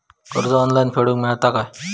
कर्ज ऑनलाइन फेडूक मेलता काय?